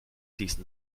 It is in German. diesen